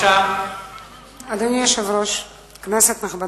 אדוני היושב-ראש, כנסת נכבדה,